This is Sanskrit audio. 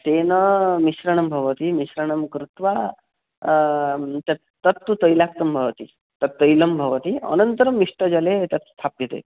तेन् मिश्रणं भवति मिश्रणं कृत्वा तत् तत्तु तैलयुक्तं भवति तत् तैलं भवति अनन्तरं मिष्टजले तत् स्थाप्यते